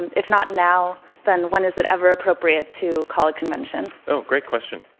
and if not now, then when is it ever appropriate to call a convention? oh, great question.